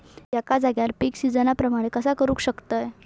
एका जाग्यार पीक सिजना प्रमाणे कसा करुक शकतय?